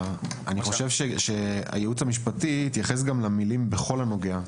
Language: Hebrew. אני חושב שהייעוץ המשפטי התייחס גם למילים "בכל הנוגע",